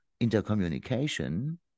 intercommunication